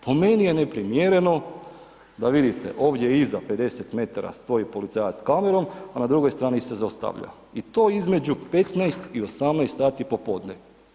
Po meni je neprimjereno, da vidite ovdje iza 50 m stoji policajac s kamerom, a na drugoj strani se zaustavlja i to između 15 i 18 sati popodne.